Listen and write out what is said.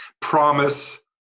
promise